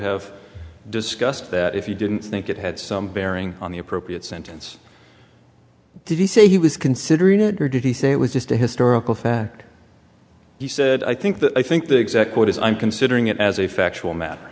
have discussed that if you didn't think it had some bearing on the appropriate sentence did he say he was considering it or did he say it was just a historical fact he said i think that i think the exact quote is i'm considering it as a factual mat